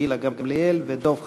גילה גמליאל ודב חנין.